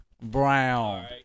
Brown